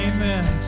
Amen